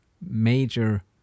major